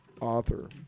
author